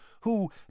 who